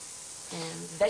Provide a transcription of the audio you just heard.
בנושא.